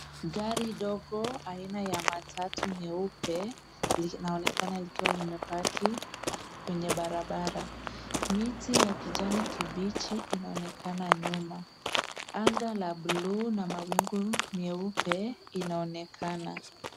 Gari ndogo aina ya matatu nyeupe, linaonekana likiwa limepaki kwenye barabara. Miti ya kijani kibichi, inaonekana nyuma. Anga la blue na mawingu meupe, inaonekana.